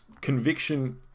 conviction